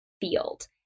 field